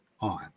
on